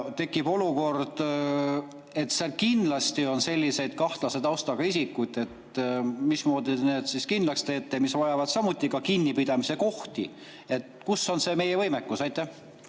tekib olukord, et seal kindlasti on kahtlase taustaga isikuid. Mismoodi te need siis kindlaks teete? Siis on vaja samuti kinnipidamiskohti. Kus on see meie võimekus? Aitäh!